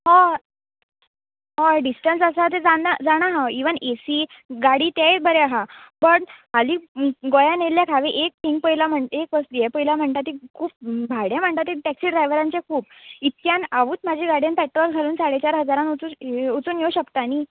हय हय डिसटन्स आसा तें जाना जाणा हांव इवन ए सी गाडी तेवूय बरे आसा पूण हालीं गोंयान आयिल्ल्याक हांवें एक सीन पळयला म्हूण एक असो हें पळयलां म्हणटा तें खूब भाडें म्हणटा तें टॅक्सी ड्रायवरांचें खूब इतक्यान हांवूच म्हजे गाडयेन पॅट्रोल घालून साडे चार हजारांक वचूं वचून येवं शकता न्हय